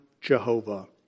Jehovah